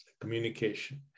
communication